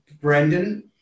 Brendan